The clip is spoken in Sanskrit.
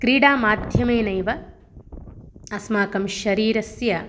क्रीडा माध्यमेनैव अस्माकं शरीरस्य